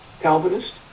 Calvinist